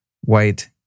white